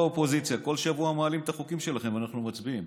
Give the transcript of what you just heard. באופוזיציה כל שבוע מעלים את החוקים שלכם ואנחנו מצביעים,